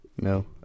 No